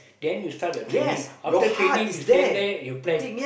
then you start your training after training you stand there and you pledge